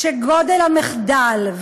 שגודל המחדל,